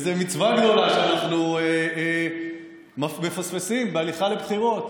מצווה גדולה שאנחנו מפספסים בהליכה לבחירות?